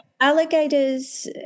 alligators